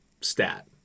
stat